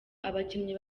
abakinnyi